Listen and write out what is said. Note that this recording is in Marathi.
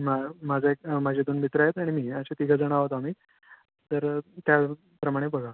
म माझा एक माझे दोन मित्र आहेत आणि मी असे तिघं जण आहोत आम्ही तर त्याप्रमाणे बघा